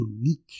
unique